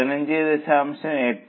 അതിനാൽ 15